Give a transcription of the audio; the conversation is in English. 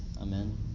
Amen